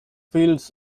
field